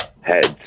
Heads